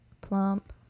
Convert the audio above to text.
plump